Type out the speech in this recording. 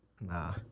Nah